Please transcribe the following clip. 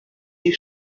die